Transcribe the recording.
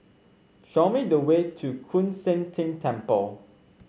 show me the way to Koon Seng Ting Temple